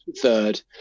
third